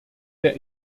der